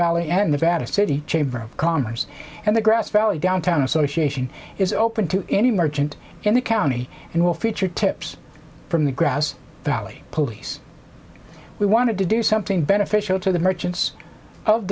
valley and the vatican city chamber of commerce and the grass valley downtown association is open to any merchant in the county and will feature tips from the grass valley police we wanted to do something beneficial to the merchants of